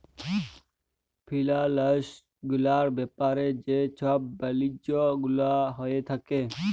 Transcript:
ফিলালস গুলার ব্যাপারে যে ছব বালিজ্য গুলা হঁয়ে থ্যাকে